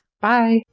Bye